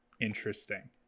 interesting